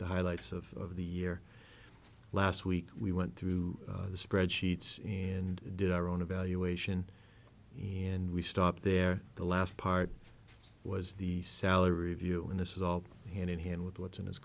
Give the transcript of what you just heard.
the highlights of the year last week we went through the spreadsheets and did our own evaluation and we stopped there the last part was the salary of you and this is all hand in hand with what's in his